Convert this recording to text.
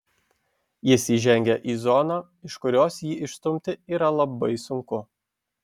jis įžengia į zoną iš kurios jį išstumti yra labai sunku